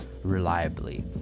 reliably